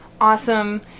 awesome